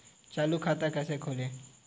चालू खाता कैसे खोलें?